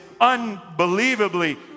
unbelievably